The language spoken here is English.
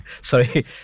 Sorry